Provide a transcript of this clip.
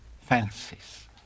fancies